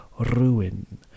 ruin